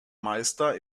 meister